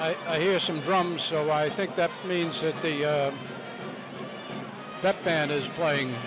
y i hear some drums so i think that means that the that band is playing